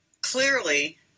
Clearly